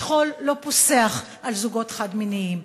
שכול לא פוסח על זוגות חד-מיניים.